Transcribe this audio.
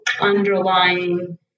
underlying